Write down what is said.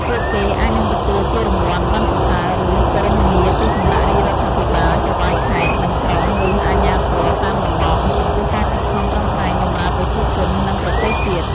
ពួកគេអាចនឹងទទួលជារង្វាន់ ប័ណ្ណសរសើរ ឬ គោរមងារពីសំណាក់រាជរដ្ឋាភិបាល ចៅហ្វាយខេត្ត និងក្រុង ឬ អាជ្ញាធរតាមតំបន់ ចំពោះការខិតខំប្រឹងប្រែងបម្រើប្រជាជន និង ប្រទេសជាតិ។